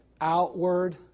outward